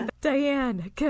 Diane